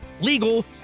legal